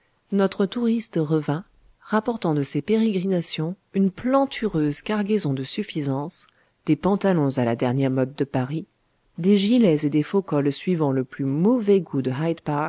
notre touriste revint rapportant de ses pérégrinations une plantureuse cargaison de suffisance des pantalons à la dernière mode de paris des gilets et des faux-cols suivant le plus mauvais goût de